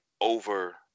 over